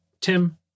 tim